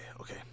okay